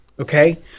okay